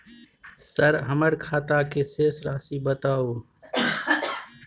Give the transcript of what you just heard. Sir हमर खाता के शेस राशि बताउ?